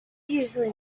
usually